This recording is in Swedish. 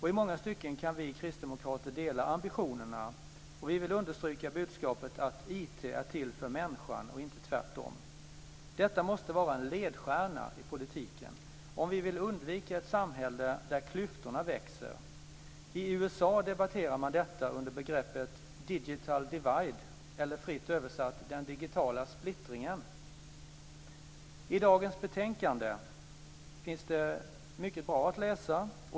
I många stycken kan vi kristdemokrater dela ambitionerna, och vi vill understryka budskapet att IT är till för människan, inte tvärtom. Detta måste vara en ledstjärna i politiken, om vi vill undvika ett samhälle där klyftorna växer. I USA debatterar man detta under begreppet digital divide, eller - fritt översatt - den digitala splittringen. I dagens betänkande finns det mycket bra att läsa.